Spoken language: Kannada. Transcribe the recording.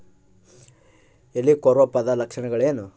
ಹೆಲಿಕೋವರ್ಪದ ಲಕ್ಷಣಗಳೇನು?